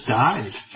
died